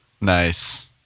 Nice